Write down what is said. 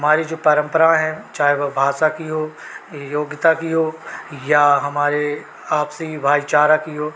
हमारी जो परम्परा है चाहे वह भाषा की हो योग्यता की हो या हमारे आपसी भाईचारा की हो